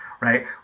right